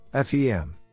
FEM